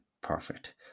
perfect